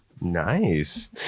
nice